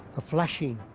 a flashing,